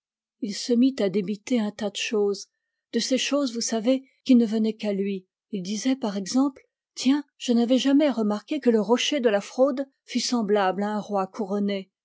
il se mit à débiter un tas de choses de ces choses vous savez qui ne venaient qu'à lui il disait par exemple tiens je n'avais jamais remarqué que le rocher de la fraude fût semblable à un roi couronné